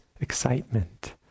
excitement